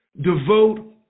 devote